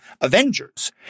Avengers